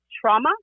trauma